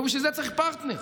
ובשביל זה צריך פרטנר.